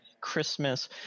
Christmas